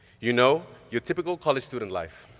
you know, your typical college student life.